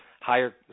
Higher